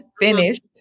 finished